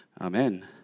Amen